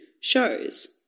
shows